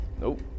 Nope